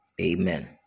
amen